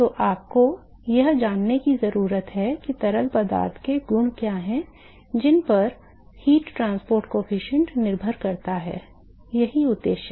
तो आपको यह जानने की जरूरत है कि तरल पदार्थ के गुण क्या हैं जिन पर ऊष्मा परिवहन गुणांक निर्भर करता है यही उद्देश्य है